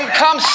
come